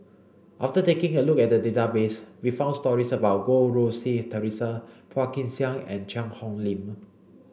after taking a look at database we found stories about Goh Rui Si Theresa Phua Kin Siang and Cheang Hong Lim